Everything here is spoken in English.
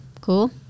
cool